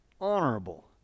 honorable